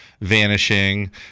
vanishing